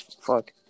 Fuck